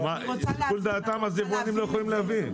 אם זה שיקול דעתם, יבואנים לא יכולים להביא.